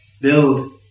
build